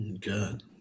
Good